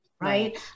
right